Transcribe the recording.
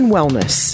Wellness